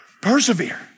persevere